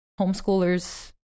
homeschoolers